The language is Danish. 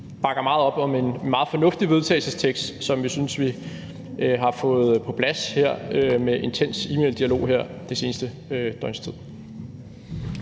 bakker meget op om en meget fornuftig vedtagelsestekst, som vi synes vi har fået på plads med en intens e-maildialog her det seneste døgns tid.